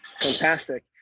fantastic